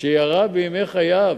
שירה בימי חייו,